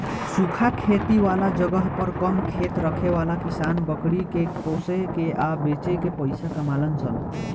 सूखा खेती वाला जगह पर कम खेत रखे वाला किसान बकरी के पोसे के आ बेच के पइसा कमालन सन